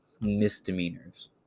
misdemeanors